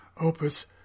opus